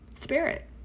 spirit